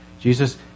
Jesus